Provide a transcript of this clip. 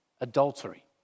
adultery